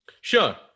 sure